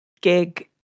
gig